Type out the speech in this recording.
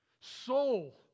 soul